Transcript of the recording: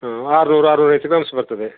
ಹ್ಞೂ ಆರುನೂರು ಆರುನೂರು ಎಷ್ಟು ಗ್ರಾಮ್ಸ್ ಬರ್ತದೆ